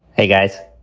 hey, guys.